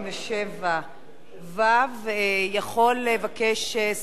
יכול לבקש שר נוסף מהממשלה להביע דעתו,